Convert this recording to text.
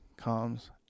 comes